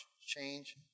Change